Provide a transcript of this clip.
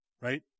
right